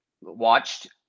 watched